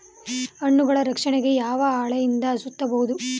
ಹಣ್ಣುಗಳ ರಕ್ಷಣೆಗೆ ಯಾವ ಹಾಳೆಯಿಂದ ಸುತ್ತಬಹುದು?